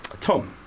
Tom